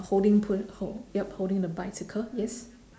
holding pu~ hold yup holding the bicycle yes